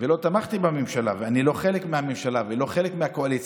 ולא תמכתי בממשלה ואני לא חלק מהממשלה ולא חלק מהקואליציה,